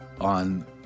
on